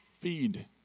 Feed